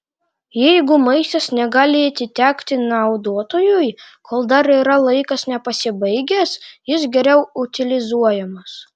jeigu maistas negali atitekti naudotojui kol dar yra laikas nepasibaigęs jis geriau utilizuojamas